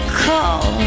Call